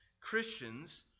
Christians